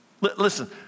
Listen